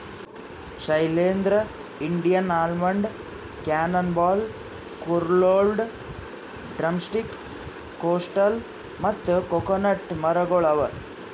Shailendra, Indian almond, cannon ball, coralwood, drumstick, coastal ಮತ್ತ coconut ಮರಗೊಳ್ ಅವಾ